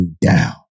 down